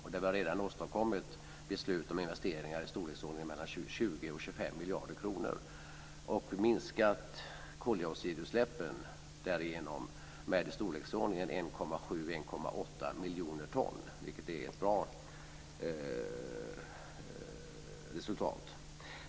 Vi har redan åstadkommit beslut om investeringar i storleksordningen 20-25 miljarder kronor och därigenom minskat koldioxidutsläppen med i storleksordningen 1,7 1,8 miljoner ton, vilket är ett bra resultat.